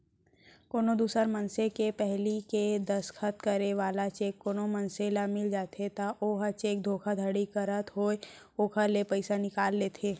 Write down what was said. कोनो दूसर मनसे के पहिली ले दस्खत करे वाला चेक कोनो मनसे ल मिल जाथे त ओहा चेक धोखाघड़ी करत होय ओखर ले पइसा निकाल लेथे